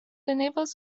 enables